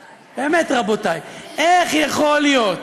באמת, רבותיי, איך יכול להיות